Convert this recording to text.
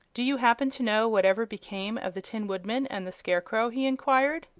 do you happen to know whatever became of the tin woodman and the scarecrow? he enquired.